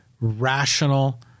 rational